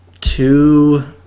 two